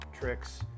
tricks